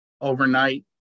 overnight